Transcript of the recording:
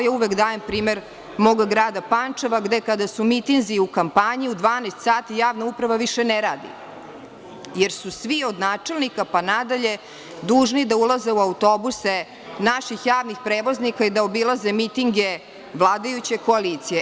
Ja uvek dajem primer moga grada Pančeva, gde kada su mitinzi u kampanji u 12.00 sati javna uprava više ne radi, jer su svi od načelnika pa nadalje dužni da ulaze u autobuse naših javnih prevoznika i da obilaze mitinge vladajuće koalicije.